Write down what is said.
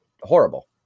horrible